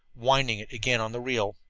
winding it again on the reel.